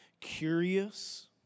curious